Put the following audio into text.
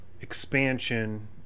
expansion